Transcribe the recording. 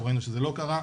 אנחנו ראינו שזה לא קרה,